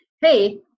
hey